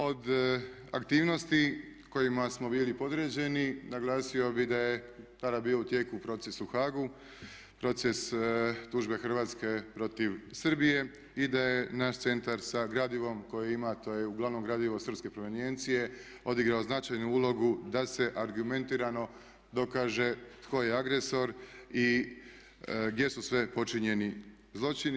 Od aktivnosti kojima smo bili podređeni naglasio bi da je tada bio u tijeku proces u Haagu, proces tužbe Hrvatske protiv Srbije i da je naš centar sa gradivom koje ima a to je uglavnom gradivo srpske provenijencije odigralo značajnu ulogu da se argumentirano dokaže tko je agresor i gdje su sve počinjeni zločini.